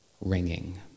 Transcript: ringing